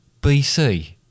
BC